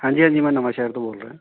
ਹਾਂਜੀ ਹਾਂਜੀ ਮੈਂ ਨਵਾਂ ਸ਼ਹਿਰ ਤੋਂ ਬੋਲ ਰਿਹਾ